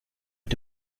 mit